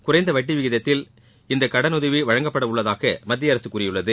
குறைந்த வட்டி வீதத்தில் இந்த கடனுதவி வழங்கப்படவுள்ளதாகவும் மத்தியஅரசு கூறியுள்ளது